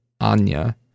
Anya